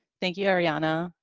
thank you, arianna.